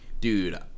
Dude